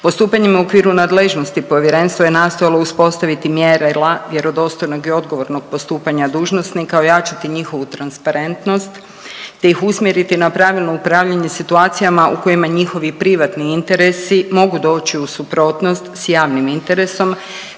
Postupanjem u okviru nadležnosti Povjerenstvo je nastojalo uspostaviti mjere vjerodostojnog i odgovornost postupanja dužnosnika, ojačati njihovu transparentnost te ih usmjeriti na pravilno upravljanje situacijama u kojima njihovi privatni interesi mogu doći u suprotnost s javnim interesom